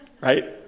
right